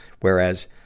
Whereas